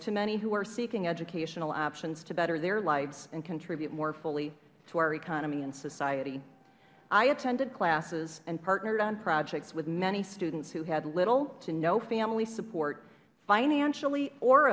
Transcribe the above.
to many who are seeking educational options to better their lives and contribute more fully to our economy and society i attended classes and partnered on projects with many students who had little to no family support financially or